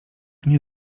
nie